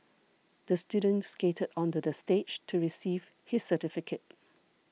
the student skated onto the stage to receive his certificate